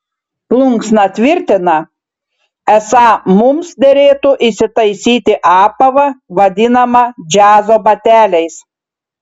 plunksna tvirtina esą mums derėtų įsitaisyti apavą vadinamą džiazo bateliais